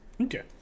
Okay